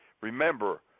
Remember